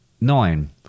Nine